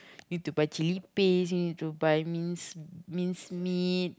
need to buy chilli paste you need to buy minced minced meat